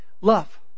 Love